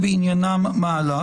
בארצות-הברית השיטה גרועה ונתתי דוגמה,